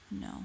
No